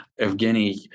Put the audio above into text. Evgeny